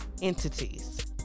Entities